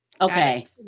Okay